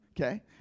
Okay